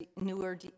newer